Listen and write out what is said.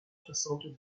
soixante